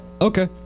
okay